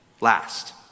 Last